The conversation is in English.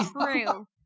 true